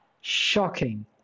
shocking